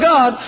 God